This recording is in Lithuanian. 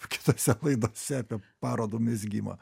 kitose laidose apie parodų mezgimą